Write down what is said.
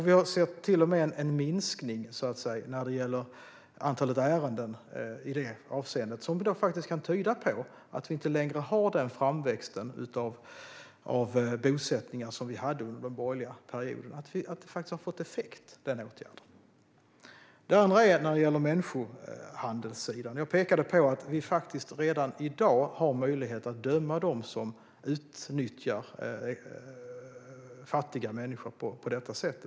Vi har till och med sett en minskning av antalet ärenden, vilket kan tyda på att vi inte längre har den framväxt av bosättningar som vi hade under den borgerliga perioden; åtgärden har faktiskt fått effekt. Sedan har vi frågan om människohandel. Jag pekade på att vi faktiskt redan i dag har möjlighet att döma dem som utnyttjar fattiga människor på detta sätt.